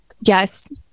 Yes